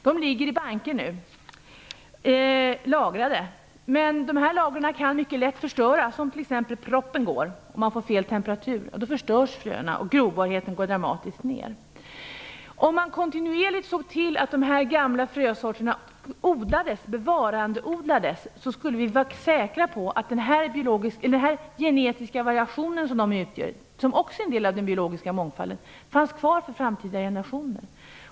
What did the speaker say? De ligger nu lagrade i banker, men lagren kan mycket lätt förstöras, t.ex. om proppen går och det blir fel temperatur. Då förstörs fröerna och grobarheten minskar dramatiskt. Om man kontinuerligt såg till att de gamla frösorterna bevarandeodlades skulle vi kunna vara säkra på att den genetiska variation som de utgör och som också är en del av den biologiska mångfalden fanns kvar för framtida generationer.